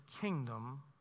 kingdom